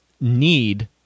need